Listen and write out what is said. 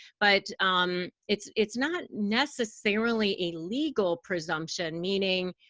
but um it's it's not necessarily a legal presumption. meaning